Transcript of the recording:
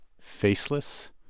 Faceless